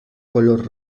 color